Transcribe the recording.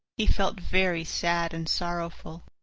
he felt very sad and sorrowful.